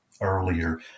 earlier